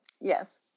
yes